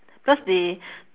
because they